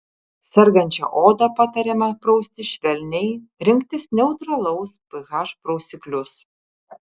sergančią odą patariama prausti švelniai rinktis neutralaus ph prausiklius